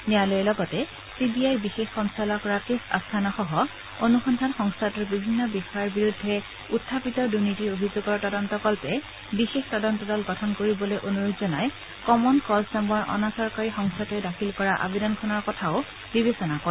ন্যায়ালয়ে লগতে C B আইৰ বিশেষ সঞ্চালক ৰাকেশ আস্থানাসহ অনুসন্ধান সংস্থাটোৰ বিভিন্ন বিষয়াৰ বিৰুদ্ধে উখাপিত দুৰ্নীতিৰ অভিযোগৰ তদন্তকল্পে বিশেষ তদন্ত দল গঠন কৰিবলৈ অনূৰোধ জনাই কমন কজ নামৰ অনাচৰকাৰী সংস্থাটোৱে দাখিল কৰা আবেদনখনৰ কথাও বিবেচনা কৰে